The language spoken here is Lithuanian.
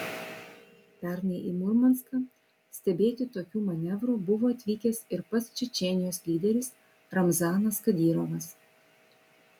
pernai į murmanską stebėti tokių manevrų buvo atvykęs ir pats čečėnijos lyderis ramzanas kadyrovas